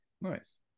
Nice